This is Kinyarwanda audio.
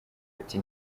ati